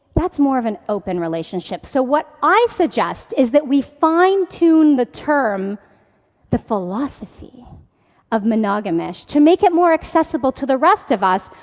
that's more of an open relationship. so what i suggest is that we fine-tune the term the philosophy of monogamish to make it more accessible to the rest of us,